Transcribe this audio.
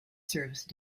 service